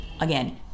Again